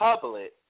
public